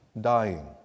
dying